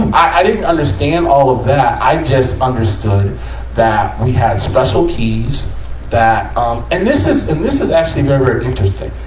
i didn't understand all of that. i just understood that we had special keys that, um and this is, and this is actually very, very interesting.